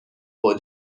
for